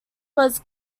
was